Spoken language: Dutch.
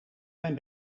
mijn